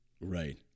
Right